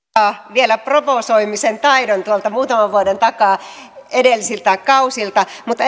vielä provosoimisen taidon tuolta muutaman vuoden takaa edellisiltä kausilta mutta